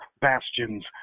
bastions